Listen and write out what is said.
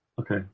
Okay